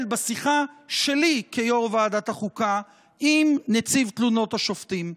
בשיחה שלי כיו"ר ועדת החוקה עם נציב תלונות השופטים.